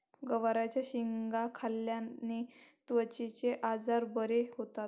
गवारच्या शेंगा खाल्ल्याने त्वचेचे आजार बरे होतात